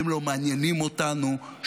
אתם לא מעניינים אותנו,